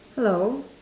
hello